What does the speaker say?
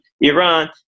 Iran